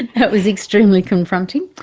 that was extremely confronting.